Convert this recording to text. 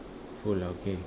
full ah okay